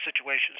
situations